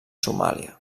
somàlia